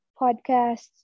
podcasts